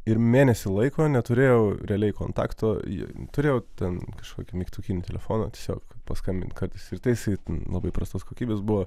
ir mėnesį laiko neturėjau realiai kontakto ji turėjo ten kažkokį mygtukinį telefoną tiesiog paskambint kartais ir tai jisai labai prastos kokybės buvo